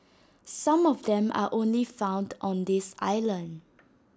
some of them are only found on this island